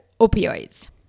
opioids